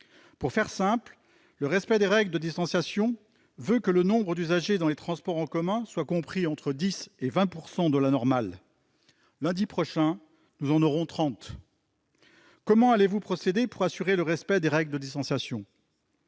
Pour faire simple, le respect des règles de distanciation veut que le nombre d'usagers dans les transports en commun soit compris entre 10 % et 20 % de la normale. Lundi prochain, il sera de 30 %. Comment allez-vous procéder pour assurer le respect des règles de distanciation ?